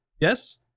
yes